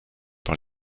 par